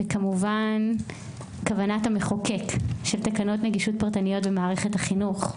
וכמובן כוונת המחוקק של תקנות נגישות פרטניות במערכת החינוך,